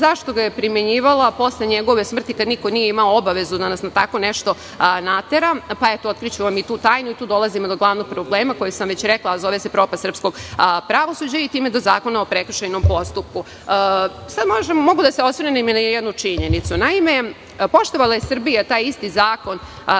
zašto ga je primenjivala posle njegove smrti, kada niko nije imao obavezu da nas na tako nešto natera? Otkriću vam i tu tajnu, jer tu dolazimo do glavnog problema koji sam vam već rekla, a zove se propast srpskog pravosuđa, i time i do Zakona o prekršajnom postupku. Mogu da se osvrnem na jednu činjenicu. Naime, poštovala je Srbija taj isti zakon